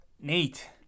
Nate